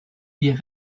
vier